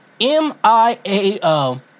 M-I-A-O